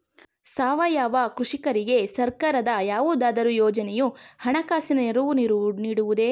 ಸಾವಯವ ಕೃಷಿಕರಿಗೆ ಸರ್ಕಾರದ ಯಾವುದಾದರು ಯೋಜನೆಯು ಹಣಕಾಸಿನ ನೆರವು ನೀಡುವುದೇ?